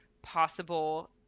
possible